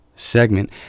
segment